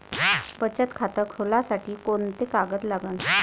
बचत खात खोलासाठी कोंते कागद लागन?